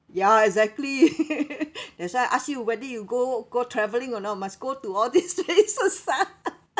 ya exactly that's why I ask you whether you go go traveling or not must go to all these places ah